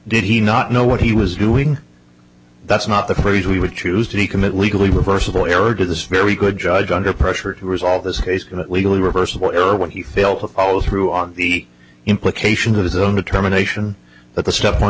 did he not know what he was doing that's not the phrase we would choose to recommit legally reversible error to this very good judge under pressure to resolve this case but legally reversible error when he failed to follow through on the implications of his own determination that the st